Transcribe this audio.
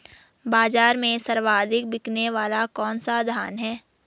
बाज़ार में सर्वाधिक बिकने वाला कौनसा धान है?